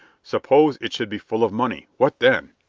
suppose it should be full of money, what then?